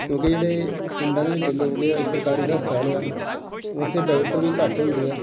ਕਿਉਂਕਿ ਜਿਹੜੇ ਪਿੰਡਾਂ ਦੇ ਵਿੱਚ ਲੋਕ ਆ ਇਕ ਸਰਕਾਰੀ ਹਸਪਤਾਲ ਆ ਉੱਥੇ ਡਾਕਟਰ ਵੀ ਘੱਟ ਹੁੰਦੇ ਆ